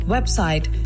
Website